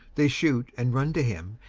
they shoot, and run to him,